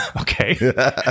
okay